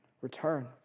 return